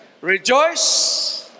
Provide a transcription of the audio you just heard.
Rejoice